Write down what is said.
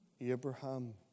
Abraham